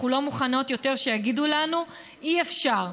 אנחנו לא מוכנות יותר שיגידו לנו: אי-אפשר,